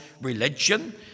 religion